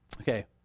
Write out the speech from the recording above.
Okay